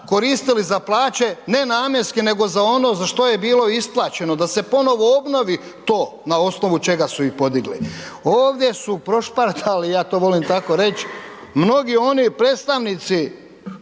koristili za plaće nenamjenske nego za ono za što je bilo isplaćeno, da se ponovno obnovi to na osnovu čega su i podigli. Ovdje su prošpartali, ja to volim tako reći, mnogi oni predstavnici